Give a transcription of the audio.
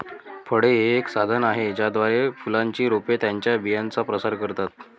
फळे हे एक साधन आहे ज्याद्वारे फुलांची रोपे त्यांच्या बियांचा प्रसार करतात